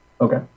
Okay